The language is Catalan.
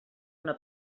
una